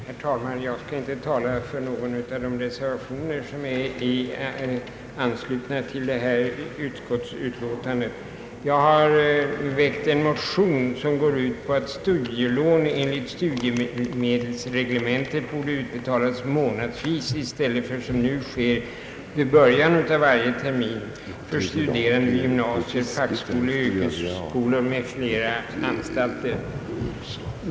Herr talman! Jag skall inte tala för någon av de reservationer som är anslutna till detta utskottsutlåtande. Jag har väckt en motion som går ut på att studielån enligt studiemedelsreglementet borde utbetalas månadsvis i stället för som nu sker i början av varje termin för studerande vid gymnasier, fackskolor, yrkesskolor m.fl. anstalter.